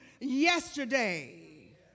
yesterday